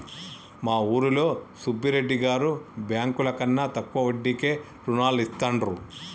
మా ఊరిలో సుబ్బిరెడ్డి గారు బ్యేంకుల కన్నా తక్కువ వడ్డీకే రుణాలనిత్తండ్రు